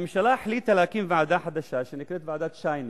הממשלה החליטה להקים ועדה חדשה שנקראת ועדת-שיינין.